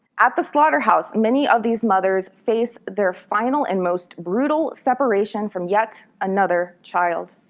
at the slaughterhouse, many of these mothers face their final and most brutal separation from yet another child.